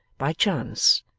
by chance,